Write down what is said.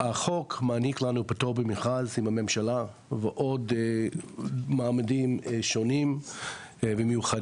החוק מעניק לנו פטור ממכרז עם הממשלה ועוד מעמדים שונים ומיוחדים.